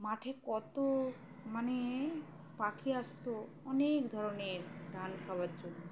মাঠে কত মানে পাখি আসতো অনেক ধরনের ধান খাওয়ার জন্য